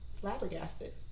flabbergasted